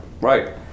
Right